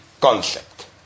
concept